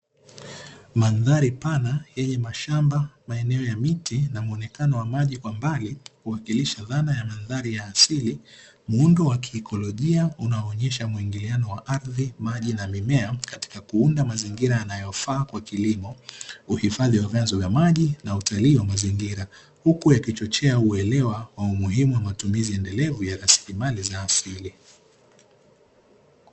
Mandhari pana yenye mashamba, maeneo ya miti na muonekano wa maji kwa mbali kuwakilisha dhana ya mandari ya asili muundo wa kiikolojia unaoonyesha muingiliano wa ardhi, maji na mimea katika kuunda mazingira yanayofaa kwa kilimo. Uhifadhi wa vyanzo vya maji na utalii wa mazingira huku ya kichochea uelewa wa umuhimu wa matumizi endelevu wa rasilimali za asili.